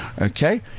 Okay